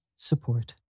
Support